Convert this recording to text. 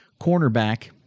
cornerback